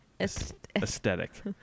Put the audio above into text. Aesthetic